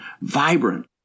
vibrant